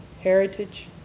heritage